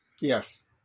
Yes